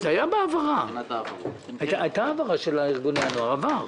הייתה העברה של ארגוני הנוער, עבר.